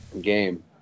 game